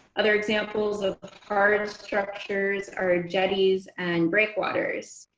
other examples of hard structures are jetties and breakwaters.